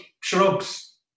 shrubs